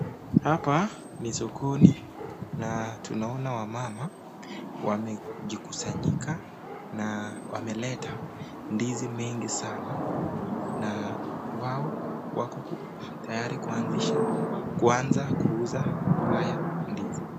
Hapa ni sokoni na tunaona wamama wamejikusanyika na wameleta ndizi mingi sana na wao wako tayari kuanza kuuza haya ndizi.